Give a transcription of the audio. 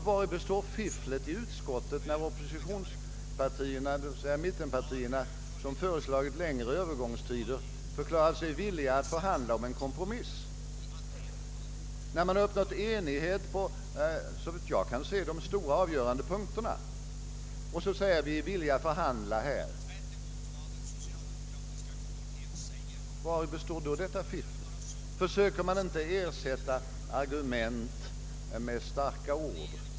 Vari består detta, när mittenpartierna — som föreslagit längre övergångstid — förklarat sig villiga att förhandla om en kompromiss? Enighet har, såvitt jag kan se, uppnåtts beträffande de stora avgörande punkterna i propositionen och vi har sagt att vi är villiga att förhandla på övriga punkter. Vari består alltså fifflet? Försöker man inte ersätta argument med starka ord?